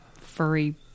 furry